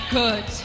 good